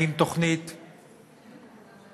האם תוכנית ותמ"לים,